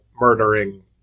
murdering